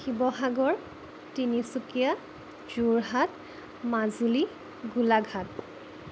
Sivasagar Tinsukia Jorhat Majuli Golaghat